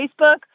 Facebook